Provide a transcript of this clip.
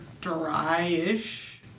dry-ish